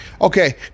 Okay